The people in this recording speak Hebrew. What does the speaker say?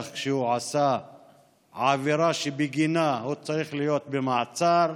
שהוא עשה עבירה שבגינה הא צריך להיות במעצר,